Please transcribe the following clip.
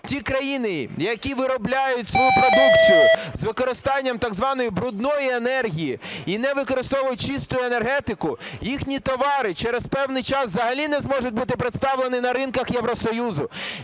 ті країни, які виробляють свою продукцію з використанням так званої брудної енергії і не використовують чисту енергетику, їхні товари через певний час взагалі не зможуть бути представлені на ринках Євросоюзу.